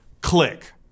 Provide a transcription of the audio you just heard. Click